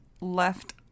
left